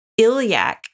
Ilyak